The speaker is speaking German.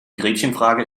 gretchenfrage